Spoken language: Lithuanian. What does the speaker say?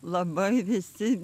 labai visi